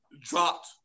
dropped